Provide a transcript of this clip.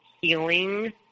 healing